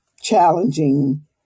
challenging